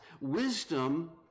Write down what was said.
Wisdom